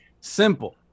simple